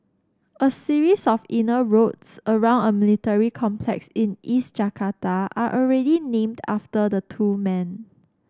a series of inner roads around a military complex in East Jakarta are already named after the two men